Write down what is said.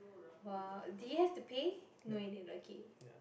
!wow! did he have to pay no he didn't okay